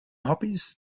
hobbys